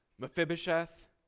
Mephibosheth